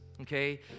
okay